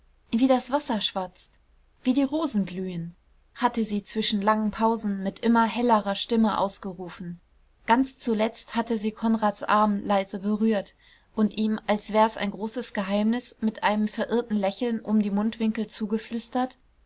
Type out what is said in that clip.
wie das wasser schwatzt wie die rosen blühen hatte sie zwischen langen pausen mit immer hellerer stimme ausgerufen ganz zuletzt hatte sie konrads arm leise berührt und ihm als wär's ein großes geheimnis mit einem verirrten lächeln um die mundwinkel zugeflüstert